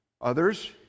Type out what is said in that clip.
Others